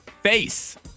face